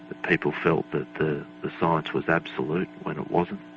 that people felt that the the science was absolute when it wasn't,